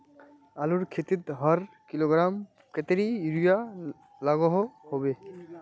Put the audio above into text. आलूर खेतीत हर किलोग्राम कतेरी यूरिया लागोहो होबे?